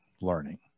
learning